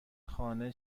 خانه